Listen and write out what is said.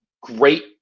great